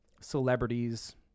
celebrities